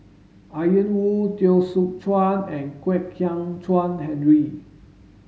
Ian Woo Teo Soon Chuan and Kwek Hian Chuan Henry